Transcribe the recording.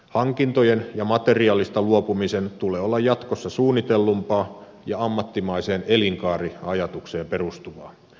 hankintojen ja materiaalista luopumisen tulee olla jatkossa suunnitellumpaa ja ammattimaiseen elinkaariajatukseen perustuvaa